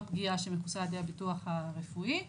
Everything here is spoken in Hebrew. פגיעה שמכוסה על ידי הביטוח הרפואי,